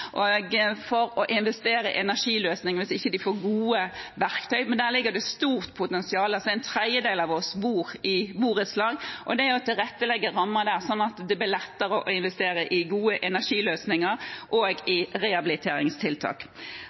for å investere i energiløsninger hvis de ikke får gode verktøyer, men her er det et stort potensial. En tredjedel av oss bor i borettslag, og man burde tilrettelegge for rammer som gjør det lettere å investere i gode energiløsninger og i rehabiliteringstiltak.